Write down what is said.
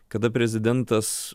kada prezidentas